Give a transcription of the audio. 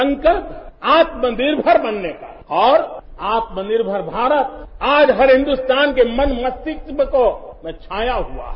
संकल्प आत्मनिर्भर बनने का और आत्मनिर्भर भारत आज हर हिन्दुस्तान के मन मस्तिष्क में तो छाया हुआ है